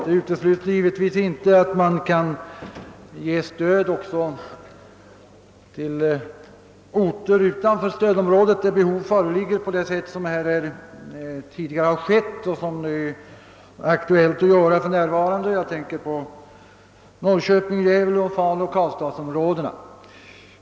Det utesluter givetvis inte att man kan ge stöd också till orter utanför stödområdet — där behov föreligger — på det sätt som tidigare förekommit och som för närvarande är aktuellt. Jag tänker härvid på Norrköpings-, Gävle-, Faluoch Karlstadsområdena.